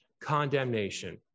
condemnation